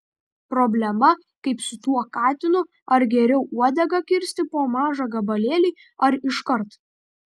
problema kaip su tuo katinu ar geriau uodegą kirsti po mažą gabalėlį ar iškart